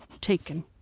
taken